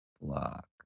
block